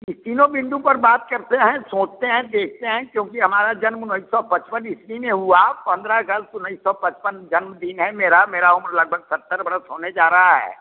इस तीनों बिन्दु पर बात करते हैं सोचते हैं देखते हैं क्योंकि हमारा जन्म उन्नीस सौ पचपन में ईसवी में हुआ पंद्रह अगस्त उन्नीस सौ पचपन जन्मदिन है मेरा मेरा उम्र लगभग सत्तर वर्ष होने जा रहा है